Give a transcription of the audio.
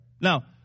Now